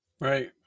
Right